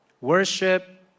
worship